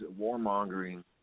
warmongering